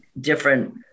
different